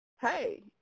hey